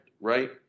right